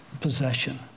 possession